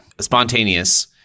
spontaneous